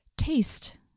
taste